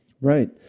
Right